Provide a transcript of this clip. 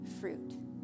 fruit